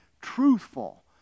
Truthful